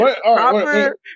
Proper